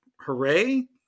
Hooray